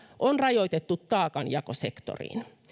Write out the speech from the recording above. on rajoitettu taakanjakosektoriin